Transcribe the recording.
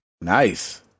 Nice